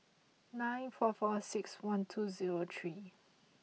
nine four four six one two zero three